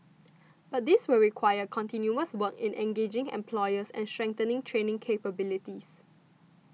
but this will require continuous work in engaging employers and strengthening training capabilities